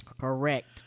Correct